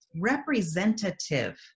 representative